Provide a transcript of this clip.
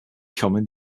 common